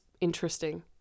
interesting